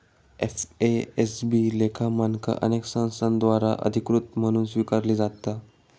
FASB लेखा मानका अनेक संस्थांद्वारा अधिकृत म्हणून स्वीकारली जाता